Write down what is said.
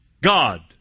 God